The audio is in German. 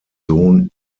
sohn